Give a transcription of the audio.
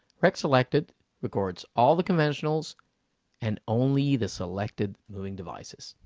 rec selected records all the conventionals and only the selected moving devices.